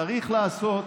צריך לעשות,